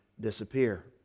disappear